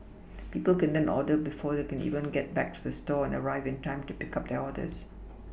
people can then order before they can even get back to the store and arrive in time to pick up their orders